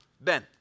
Ben